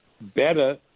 better